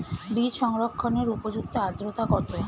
বীজ সংরক্ষণের উপযুক্ত আদ্রতা কত?